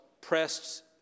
pressed